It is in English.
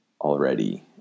already